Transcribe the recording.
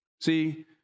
See